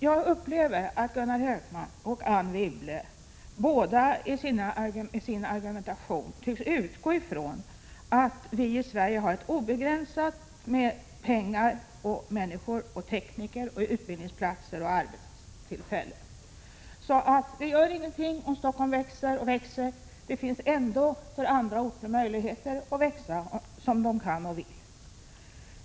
Jag upplever att både Gunnar Hökmark och Anne Wibble i sin argumentation utgår ifrån att vi i Sverige har obegränsat med pengar, människor, tekniker, utbildningsplatser och arbetstillfällen, så att det inte gör någonting om Stockholm växer och växer. Det finns ändå möjligheter för andra orter att växa som de kan och vill.